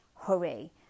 hurry